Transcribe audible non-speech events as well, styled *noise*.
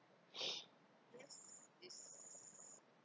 *noise*